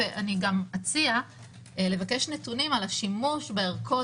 גם אציע לבקש נתונים על השימוש בערכות